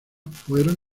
fueron